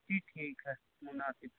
جی ٹھیک ہے مناسب